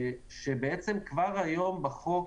שכבר היום בחוק